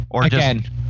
Again